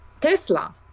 Tesla